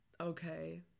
okay